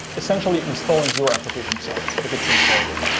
essentially installing your application itself, if it's installable.